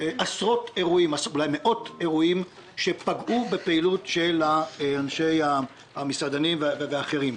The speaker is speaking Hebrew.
עשרות ואולי מאות אירועים שפגעו בפעילות של המסעדנים והאחרים.